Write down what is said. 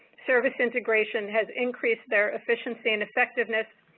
service integration has increased their efficiency and effectiveness,